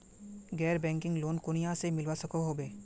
गैर banking loan कुनियाँ से मिलवा सकोहो होबे?